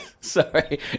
Sorry